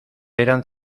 eran